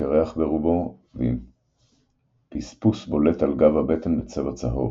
קירח ברובו ועם פספוס בולט על גב הבטן בצבע צהוב,